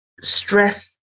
stress